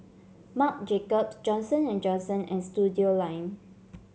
Marc Jacobs Johnson And Johnson and Studioline